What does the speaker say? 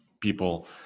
people